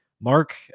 Mark